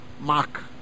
mark